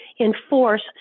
enforce